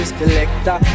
collector